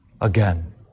again